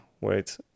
wait